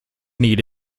need